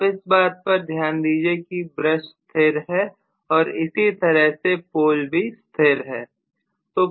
आप इस बात पर ध्यान दीजिए कि ब्रश स्थिर है और इसी तरह से पोल भी स्थिर हैं